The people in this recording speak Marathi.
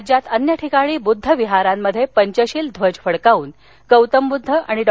राज्यात अन्य ठिकाणी बुद्ध विहारामध्ये पंचशील ध्वज फडकावून गौतम बुद्ध आणि डॉ